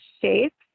shapes